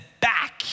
back